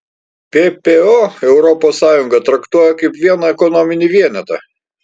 ppo europos sąjungą traktuoja kaip vieną ekonominį vienetą